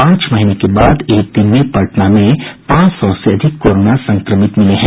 पांच महीने के बाद एक दिन में पटना में पांच सौ से अधिक कोरोना संक्रमित मरीज मिले हैं